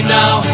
now